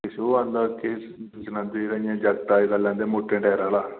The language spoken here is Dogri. किश ओह् औंदा किश दूए चलांदे जगत अजकल मुट्टे टैरें आह्ला